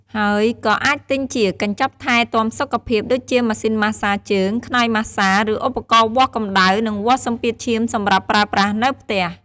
ហើយក៏អាចទិញជា កញ្ចប់ថែទាំសុខភាព ដូចជាម៉ាស៊ីនម៉ាស្សាជើង ខ្នើយម៉ាស្សា ឬឧបករណ៍វាស់កម្ដៅ និងវាស់សម្ពាធឈាមសម្រាប់ប្រើប្រាស់នៅផ្ទះ។